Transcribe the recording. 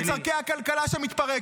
בצורכי הכלכלה שמתפרקת.